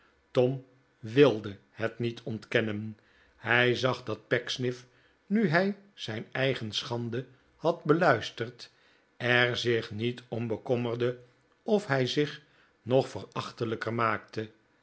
tom wilde net niet ontkennen hij zag dat pecksniff nu hij zijn eigen schande had beluisterd er zich niet om bekommerde of hij zich nog ver achtelijker maakte